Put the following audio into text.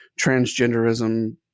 transgenderism